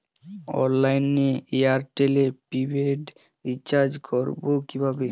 অনলাইনে এয়ারটেলে prepaid recharge করবো কিভাবে?